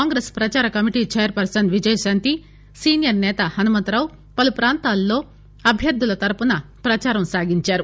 కాంగ్రెస్ ప్రదార committee chairperson Vijayashanti senior సేత హన్మంతరావు పలు ప్రాంతాల్లో అభ్యర్థుల తరపున ప్రదారం సాగించారు